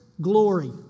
glory